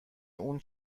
اون